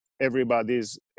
everybody's